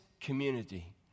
community